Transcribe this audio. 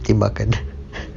tembakan